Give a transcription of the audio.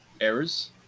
errors